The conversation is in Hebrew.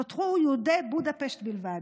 נותרו יהודי בודפשט בלבד.